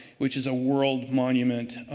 which is a world monument,